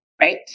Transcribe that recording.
Right